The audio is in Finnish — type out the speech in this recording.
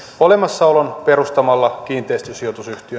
olemassaolon perustamalla kiinteistösijoitusyhtiön belgiaan